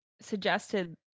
suggested